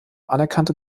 anerkannte